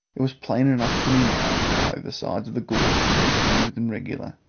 it was plain enough to me now why the sides of the gorge were so smooth and regular,